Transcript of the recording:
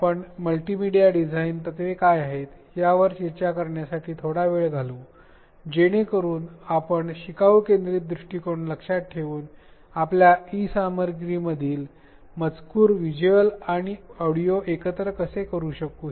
आपण multimedia design तत्त्वे काय आहेत यावर चर्चा करण्यासाठी थोडा वेळ घालवू जेणेकरून आपण शिकवू केंद्रित दृष्टीकोन लक्षात ठेवून आपल्या ई सामग्रीमधील मजकूर व्हिज्युअल आणि ऑडिओ एकत्र कसे करू शकू